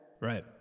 Right